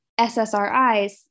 SSRIs